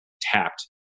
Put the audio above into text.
tapped